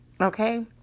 Okay